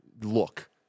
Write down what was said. look